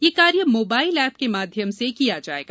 यह कार्य mobile app के माध्यम से किया जाएगा